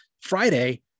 Friday